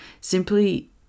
simply